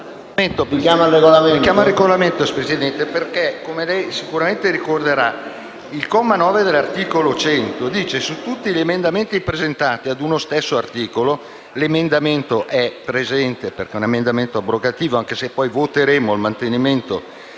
richiamo al Regolamento, perché, come sicuramente ricorderà, il comma 9 dell'articolo 100 recita «Su tutti gli emendamenti presentati ad uno stesso articolo» - l'emendamento è presente perché soppressivo, anche se poi voteremo il mantenimento